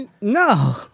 No